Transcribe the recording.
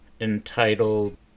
entitled